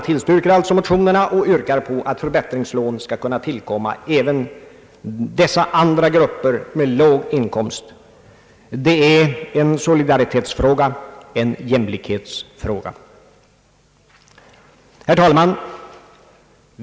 tionerna och yrkar på att förbättringslån skall kunna tilldelas även dessa andra grupper med låg inkomst, Det är en solidaritetsfråga, en jämlikhetsfråga! Herr talman!